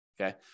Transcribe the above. Okay